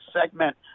segment